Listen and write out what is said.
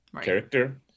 character